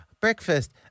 Breakfast